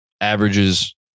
averages